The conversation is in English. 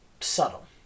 subtle